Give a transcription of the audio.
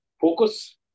focus